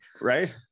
right